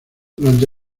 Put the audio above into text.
durante